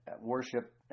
worship